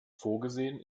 vorgesehen